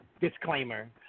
disclaimer